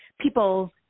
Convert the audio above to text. people